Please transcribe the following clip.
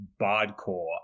Bardcore